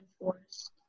enforced